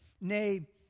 nay